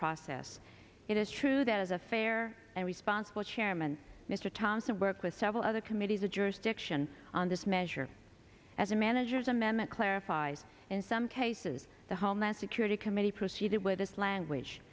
process it is true that as a fair and responsible chairman mr thompson worked with several other committees of jurisdiction on this measure as a manager's amendment clarifies in some cases the homeland security committee proceeded with this language